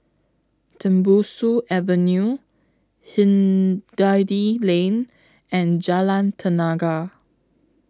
Tembusu Avenue Hindhede Lane and Jalan Tenaga